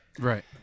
Right